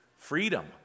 Freedom